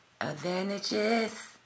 Advantages